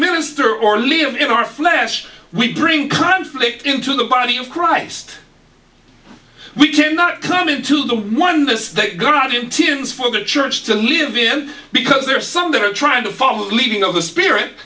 minister or live in our flesh we bring conflict into the body of christ we cannot come into the oneness that got in tins for the church to live in because there are some that are trying to follow leading of the spirit